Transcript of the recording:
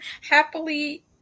Happily